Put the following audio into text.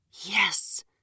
Yes